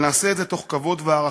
אבל נעשה את זה מתוך כבוד והערכה,